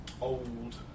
old